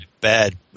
bad